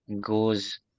goes